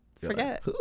forget